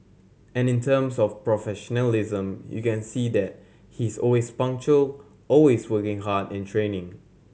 and in terms of professionalism you can see that he is always punctual always working hard in training